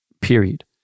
period